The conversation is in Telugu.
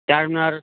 ఛార్మినార్